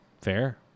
Fair